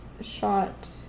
shot